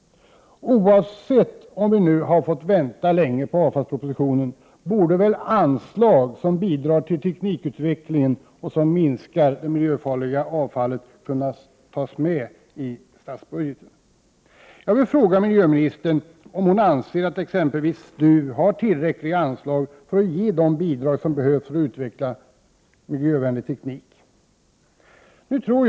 Oavsett om vi nu har fått vänta länge på avfallspropositionen, borde väl anslag som bidra till teknikutvecklingen och som minskar det miljöfarliga avfallet kunna tas med i statsbudgeten. Jag vill fråga miljöministern om hon anser att t.ex. STU har tillräckliga anslag för att ge de bidrag som behövs för att utveckla miljövänlig teknik. Herr talman!